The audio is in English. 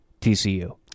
TCU